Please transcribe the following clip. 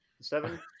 seven